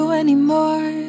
anymore